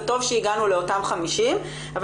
וטוב שהגענו לאותם 50 מיליון,